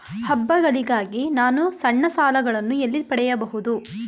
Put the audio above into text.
ಹಬ್ಬಗಳಿಗಾಗಿ ನಾನು ಸಣ್ಣ ಸಾಲಗಳನ್ನು ಎಲ್ಲಿ ಪಡೆಯಬಹುದು?